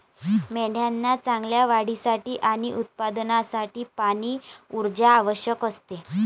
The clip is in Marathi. मेंढ्यांना चांगल्या वाढीसाठी आणि उत्पादनासाठी पाणी, ऊर्जा आवश्यक असते